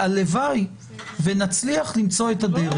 והלוואי ונצליח למצוא את הדרך,